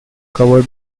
covered